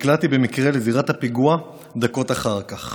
נקלעתי במקרה לזירת הפיגוע דקות אחר כך